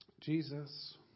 Jesus